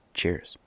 Cheers